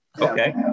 Okay